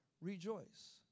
rejoice